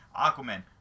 Aquaman